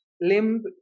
limb